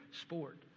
sport